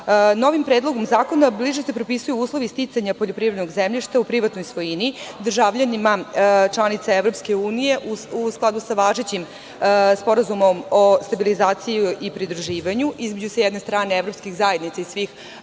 Predlogom zakona bliže se propisuju uslovi sticanja poljoprivrednog zemljišta u privatnoj svojini državljanima članicama EU u skladu sa važećim Sporazumom o stabilizaciji i pridruživanju, između sa jedne strane evropskih zajednica i svih